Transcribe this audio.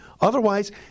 Otherwise